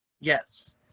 Yes